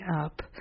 up